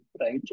right